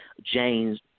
James